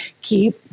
keep